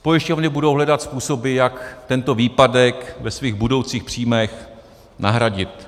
Pojišťovny budou hledat způsoby, jak tento výpadek ve svých budoucích příjmech nahradit.